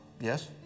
Yes